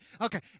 okay